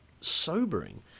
sobering